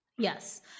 Yes